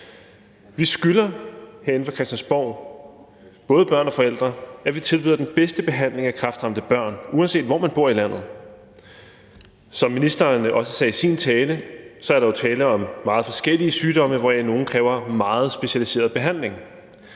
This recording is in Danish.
både børn og forældre, at vi tilbyder den bedste behandling af kræftramte børn, uanset hvor man bor i landet. Som ministeren også sagde i sin tale, er der jo tale om meget forskellige sygdomme, hvoraf nogle kræver meget specialiseret behandling,